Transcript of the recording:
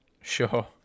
sure